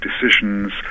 decisions